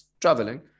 traveling